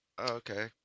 okay